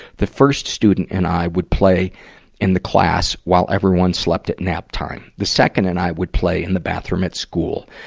the first student and i would play in the class, while everyone slept at naptime. the second and i would play in the bathroom at school.